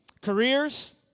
careers